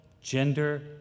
gender